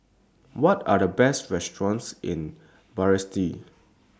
What Are The Best restaurants in Basseterre